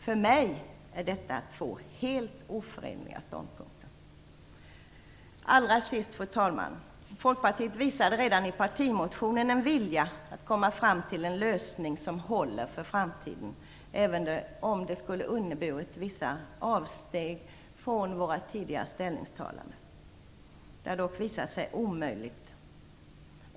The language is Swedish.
För mig är detta två helt oförenliga ståndpunkter. Fru talman! Folkpartiet visade redan i partimotionen en vilja att komma fram till en lösning som håller för framtiden, även om det skulle ha inneburit vissa avsteg från våra tidigare ställningstaganden. Det har dock visat sig omöjligt.